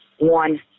one